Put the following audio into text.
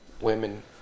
women